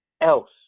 else